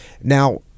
now